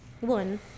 one